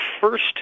first